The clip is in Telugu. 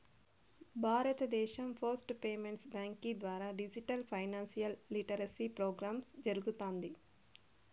భారతదేశం పోస్ట్ పేమెంట్స్ బ్యాంకీ ద్వారా డిజిటల్ ఫైనాన్షియల్ లిటరసీ ప్రోగ్రామ్ జరగతాంది